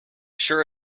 sure